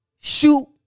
shoot